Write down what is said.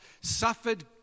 suffered